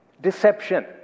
Deception